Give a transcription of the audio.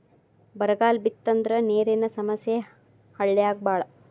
ಬರಗಾಲ ಬಿತ್ತಂದ್ರ ನೇರಿನ ಸಮಸ್ಯೆ ಹಳ್ಳ್ಯಾಗ ಬಾಳ